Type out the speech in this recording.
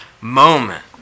moment